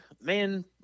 man